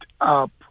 up